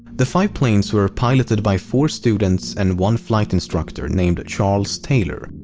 the five planes were piloted by four students and one flight instructor named charles taylor.